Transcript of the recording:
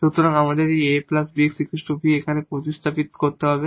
সুতরাং আমাদের এই 𝑎 𝑏𝑥 𝑣 এখানে প্রতিস্থাপন করতে হবে